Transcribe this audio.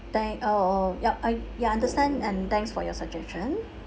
than~ oh oh yup I we understand and thanks for your suggestion